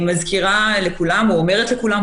אני מזכירה לכולם או אומרת לכולם,